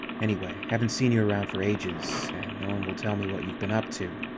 anyway, haven't seen you around for ages, and no one will tell me what you've been up to.